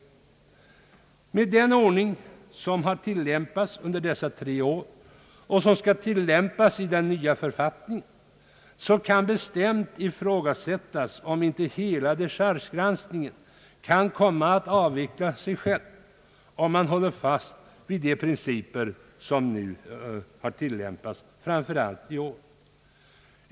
Om man håller fast vid de principer som nu tillämpats — framför allt i år — och den ordning som också skall tillämpas i den nya författningen kan det med bestämdhet ifrågasättas om inte hela dechargegranskningen kan komma att avveckla sig själv.